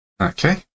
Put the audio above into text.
Okay